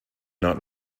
not